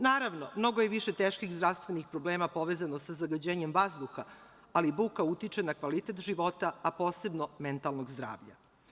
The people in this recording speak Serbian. Naravno, mnogo je više teških zdravstvenih problema povezano sa zagađenjem vazduha, ali buka utiče na kvalitet života, a posebno mentalnog zdravlja.